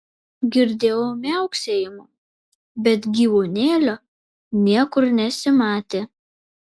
girdėjau miauksėjimą bet gyvūnėlio niekur nesimatė